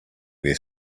their